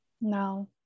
No